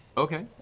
okay.